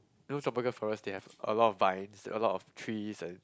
you know tropical forest they have a lot of vines a lot of trees and